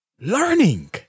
learning